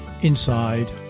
Inside